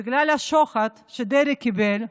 בגלל השוחד שדרעי קיבל מרבין,